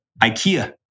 Ikea